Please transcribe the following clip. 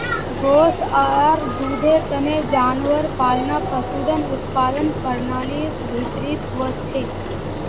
गोस आर दूधेर तने जानवर पालना पशुधन उत्पादन प्रणालीर भीतरीत वस छे